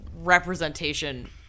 representation